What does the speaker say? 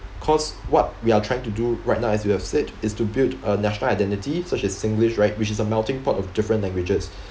cause what we are trying to do right now as we have said is to build a national identity such as singlish right which is a melting pot of different languages